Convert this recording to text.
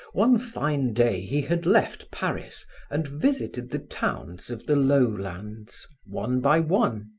one fine day he had left paris and visited the towns of the low lands, one by one.